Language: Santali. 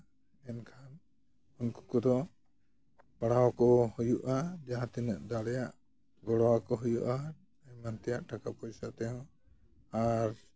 ᱮᱱᱠᱷᱟᱱ ᱩᱱᱠᱩ ᱠᱚᱫᱚ ᱯᱟᱲᱦᱟᱣ ᱠᱚ ᱦᱩᱭᱩᱜᱼᱟ ᱡᱟᱦᱟᱸᱛᱤᱱᱟᱹᱜ ᱫᱟᱲᱮᱭᱟᱜ ᱜᱚᱲᱚᱣᱟᱠᱚ ᱦᱩᱭᱩᱜᱼᱟ ᱮᱢᱟᱱ ᱛᱮᱭᱟᱜ ᱴᱟᱠᱟ ᱯᱚᱭᱥᱟ ᱛᱮᱦᱚᱸ ᱟᱨ